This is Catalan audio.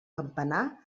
campanar